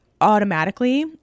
automatically